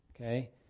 okay